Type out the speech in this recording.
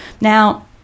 now